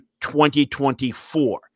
2024